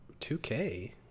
2K